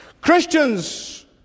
Christians